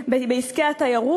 היו דברים אחרים שהיא דאגה